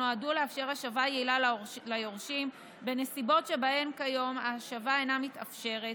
שנועדו לאפשר השבה יעילה ליורשים בנסיבות שבהן כיום ההשבה אינה מתאפשרת,